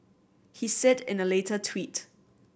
he said in a later tweet